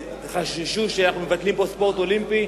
וחששו שאנחנו מבטלים פה ספורט אולימפי.